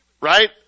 Right